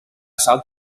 south